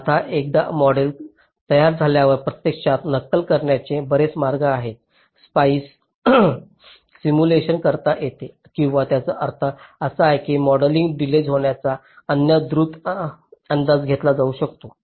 आता एकदा मॉडेल तयार झाल्यावर प्रत्यक्षात नक्कल करण्याचे बरेच मार्ग आहेत स्पाइस सिम्युलेशन करता येते किंवा याचा अर्थ असा की मॉडेलवरून डीलेय होण्याचा अन्य द्रुत अंदाज केला जाऊ शकतो